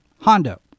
Hondo